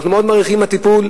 אנחנו מאוד מעריכים את הטיפול.